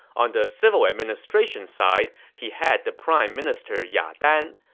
on the civil administration side, he had the prime minister ya dan.